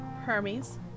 Hermes